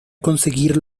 conseguir